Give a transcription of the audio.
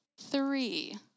three